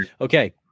okay